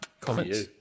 comments